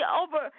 over